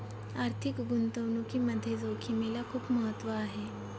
आर्थिक गुंतवणुकीमध्ये जोखिमेला खूप महत्त्व आहे